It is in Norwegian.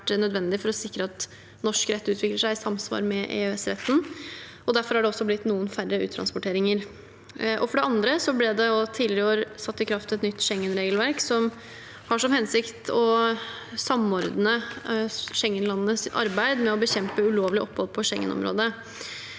for å sikre at norsk rett utvikler seg i samsvar med EØS-retten, og derfor er det også blitt noen færre uttransporteringer. For det andre ble det tidligere i år satt i kraft et nytt Schengen-regelverk, som har til hensikt å samordne Schengen-landenes arbeid med å bekjempe ulovlig opphold i Schengen-området.